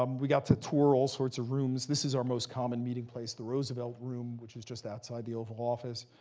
um we got to tour all sorts of rooms. this is our most common meeting place, the roosevelt room, which is just outside the oval office.